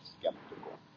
skeptical